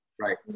right